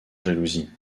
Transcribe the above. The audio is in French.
jalousie